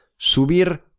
subir